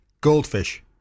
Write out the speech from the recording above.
goldfish